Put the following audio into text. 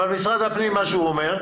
אבל מה שהוא אומר,